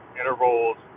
intervals